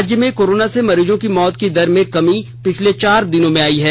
राज्य में कोरोना से मरीजों की मौत की दर में कमी पिछले चार दिनों में आई है